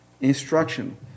instruction